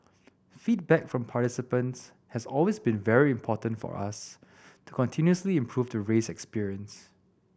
feedback from participants has always been very important for us to continuously improve the race experience